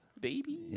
baby